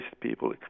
people